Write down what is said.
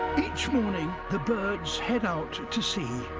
each morning the birds head out to sea.